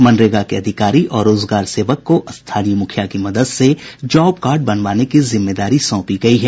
मनरेगा के अधिकारी और रोजगार सेवक को स्थानीय मुखिया की मदद से जॉब कार्ड बनवाने की जिम्मेदारी सौंपी गयी है